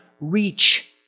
reach